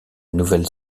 nouvelle